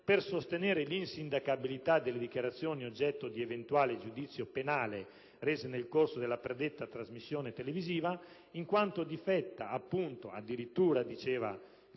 per sostenere l'insindacabilità delle dichiarazioni oggetto di eventuale giudizio penale rese nel corso della predetta trasmissione televisiva, in quanto difetta addirittura - come